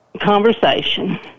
Conversation